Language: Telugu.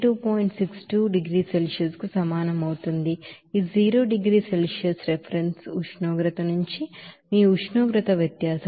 62 degrees Celsius కు సమానం అవుతుంది ఇది 0 డిగ్రీల సెల్సియస్ రిఫరెన్స్ ఉష్ణోగ్రత నుంచి మీ ఉష్ణోగ్రత వ్యత్యాసం